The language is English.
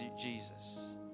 Jesus